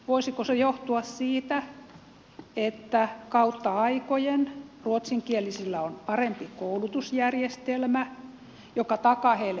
voisiko se johtua siitä että kautta aikojen ruotsinkielisillä on ollut parempi koulutusjärjestelmä joka takaa heille paremmat työpaikat